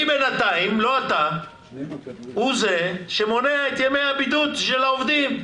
בינתיים הוא זה שמונע את ימי הבידוד של העובדים,